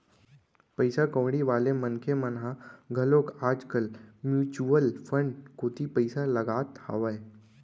पइसा कउड़ी वाले मनखे मन ह घलोक आज कल म्युचुअल फंड कोती पइसा लगात हावय